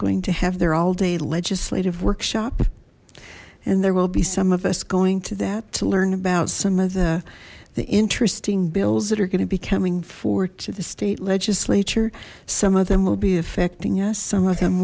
going to have their all day legislative workshop and there will be some of us going to that to learn about some of the the interesting bills that are going to be coming forward to the state legislature some of them will be affecting us some of them